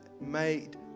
made